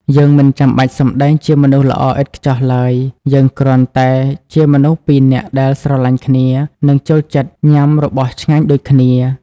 យើងមិនបាច់សម្តែងជាមនុស្សល្អឥតខ្ចោះឡើយ យើងគ្រាន់តែជាមនុស្សពីរនាក់ដែលស្រឡាញ់គ្នា និងចូលចិត្តញ៉ាំរបស់ឆ្ងាញ់ដូចគ្នា។